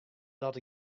dat